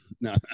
no